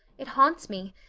it haunts me.